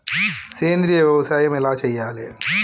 సేంద్రీయ వ్యవసాయం ఎలా చెయ్యాలే?